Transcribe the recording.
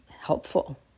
helpful